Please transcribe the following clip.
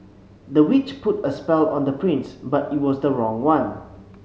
the witch put a spell on the prince but it was the wrong one